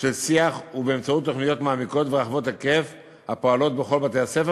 של שיח ובאמצעות תוכניות מעמיקות ורחבות היקף הפועלות בכל בתי-הספר,